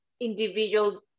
individual